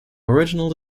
original